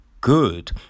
good